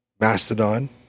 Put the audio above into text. Mastodon